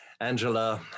Angela